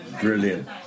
brilliant